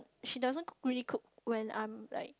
she doesn't cook really cook when I'm like